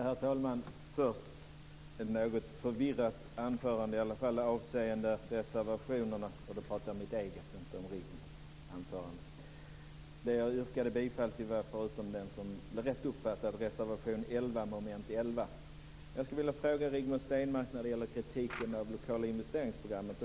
Herr talman! Först vill jag säga att mitt anförande var något förvirrat, i alla fall avseende reservationerna. Det jag yrkar bifall till, förutom det som var rätt uppfattat, är reservation 11 under mom. 11. Jag skulle vilja fråga Rigmor Stenmark om kritiken av de lokala investeringsprogrammen.